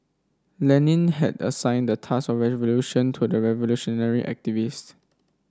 Lenin had assigned the task of revolution to the revolutionary activist